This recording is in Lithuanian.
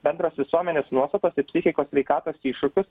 bendros visuomenės nuostatos į psichikos sveikatos iššūkius